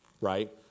right